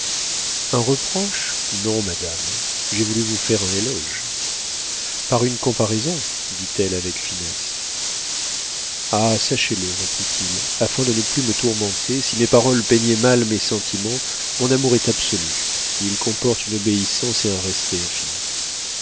un reproche non madame j'ai voulu vous faire un éloge par une comparaison dit elle avec finesse ah sachez-le reprit-il afin de ne plus me tourmenter si mes paroles peignaient mal mes sentiments mon amour est absolu il comporte une obéissance et un respect infinis